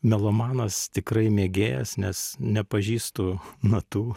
melomanas tikrai mėgėjas nes nepažįstu natų